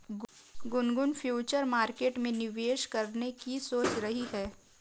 Gungun future market में निवेश करने की सोच रही है